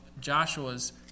joshua's